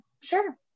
sure